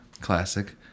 classic